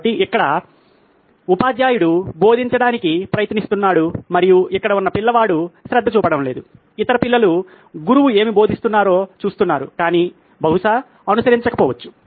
కాబట్టి ఇక్కడ ఉపాధ్యాయుడు బోధించడానికి ప్రయత్నిస్తున్నాడు మరియు ఇక్కడ ఉన్న పిల్లవాడు శ్రద్ధ చూపడం లేదు ఇతర పిల్లలు గురువు ఏమి బోధిస్తున్నారో చూస్తున్నారు కాని బహుశా అనుసరించకపోవచ్చు